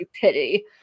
pity